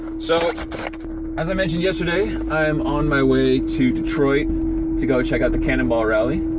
so as i mentioned yesterday, i'm on my way to detroit to go check out the cannonball rally.